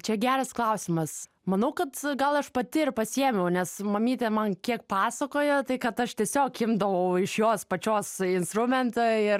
čia geras klausimas manau kad gal aš pati ir pasiėmiau nes mamytė man kiek pasakoja tai kad aš tiesiog imdavau iš jos pačios instrumentą ir